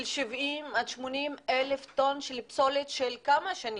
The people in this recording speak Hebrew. של 70,000 עד 80,000 טון של פסולת של כמה שנים,